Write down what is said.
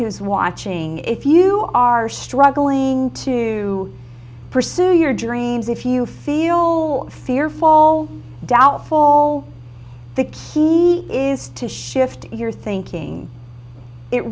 who's watching if you are struggling to pursue your dreams if you feel fearful doubt fall the key is to shift your thinking it